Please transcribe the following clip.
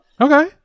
Okay